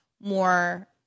more